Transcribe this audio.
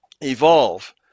evolve